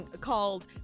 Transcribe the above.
called